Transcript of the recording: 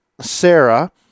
Sarah